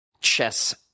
chess